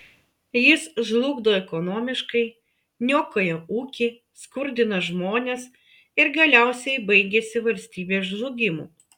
jis žlugdo ekonomiškai niokoja ūkį skurdina žmones ir galiausiai baigiasi valstybės žlugimu